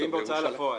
תיקים בהוצאה לפועל.